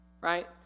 right